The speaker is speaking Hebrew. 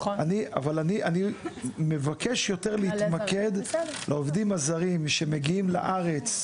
אבל אני מבקש יותר להתמקד בעובדים הזרים שמגיעים לארץ,